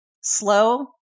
Slow